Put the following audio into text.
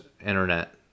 internet